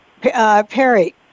Perry